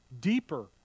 deeper